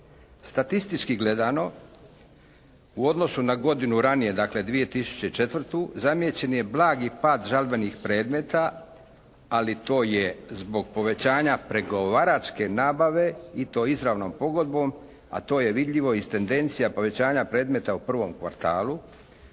Statistički gledano u odnosu na godinu ranije, dakle 2004. zamijećen je blagi pad žalbenih predmeta, ali to je zbog povećanja pregovaračke nabave i to izravnom pogodbom, a to je vidljivo iz tendencija povećavanja predmeta u prvom kvartalu